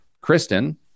Kristen